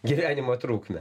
gyvenimo trukmę